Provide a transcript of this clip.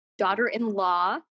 daughter-in-law